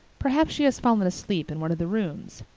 perhaps she has fallen asleep in one of the rooms.